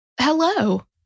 hello